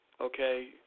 Okay